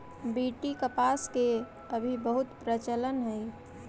BT कपास के अभी बहुत प्रचलन हई